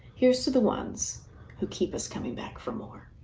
here's to the ones who keep us coming back for more.